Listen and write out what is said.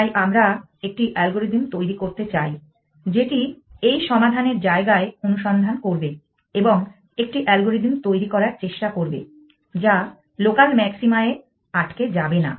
তাই আমরা একটি অ্যালগোরিদম তৈরি করতে চাই যেটি এই সমাধানের জায়গায় অনুসন্ধান করবে এবং একটি অ্যালগোরিদম তৈরী করার চেষ্টা করবে যা লোকাল ম্যাক্সিমা এ আটকে যাবেনা